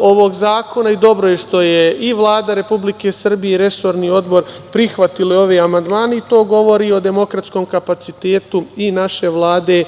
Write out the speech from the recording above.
ovog zakona i dobro je što su i Vlada Republike Srbije i resorni odbor prihvatili ove amandmane. To govori o demokratskom kapacitetu i naše Vlade